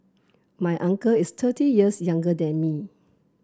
my uncle is thirty years younger than me